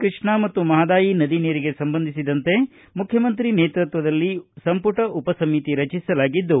ಕೃಷ್ಣ ಮತ್ತು ಮಹದಾಯಿ ನದಿ ನೀರಿಗೆ ಸಂಬಂಧಿಸಿದಂತೆ ಮುಖ್ಯಮಂತ್ರಿ ನೇತೃತ್ವದಲ್ಲಿ ಸಂಪುಟ ಉಪಸಮಿತಿ ರಚಿಸಲಾಗಿದ್ದು